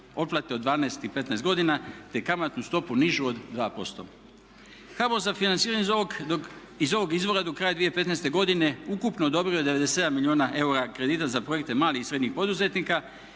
otplate od 12 i 15 godina, te kamatnu stopu nižu od 2%. HBOR za financiranje iz ovog izvora do kraja 2015. godine ukupno odobrio 97 milijuna eura kredita za projekte malih i srednjih poduzetnika